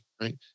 right